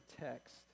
text